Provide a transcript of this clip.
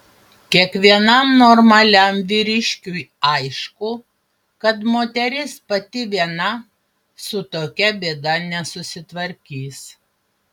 kiekvienam normaliam vyriškiui aišku kad moteris pati viena su tokia bėda nesusitvarkys